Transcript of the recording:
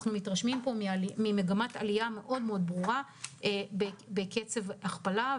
אנחנו מתרשמים ממגמת עלייה מאוד מאוד ברורה בקצב הכפלה,